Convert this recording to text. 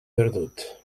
perdut